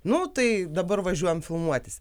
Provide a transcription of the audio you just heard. nu tai dabar važiuojam filmuotis